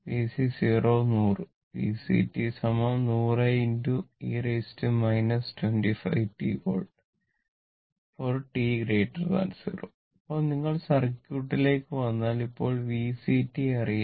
VC 0 100 VCt 100e 25t volt for t0 ഇപ്പോൾ നിങ്ങൾ സർക്യൂട്ടിലേക്ക് വന്നാൽ ഇപ്പോൾ VCt അറിയാം